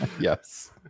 Yes